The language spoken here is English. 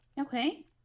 Okay